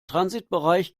transitbereich